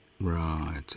Right